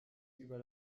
über